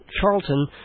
Charlton